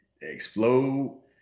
explode